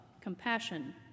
compassion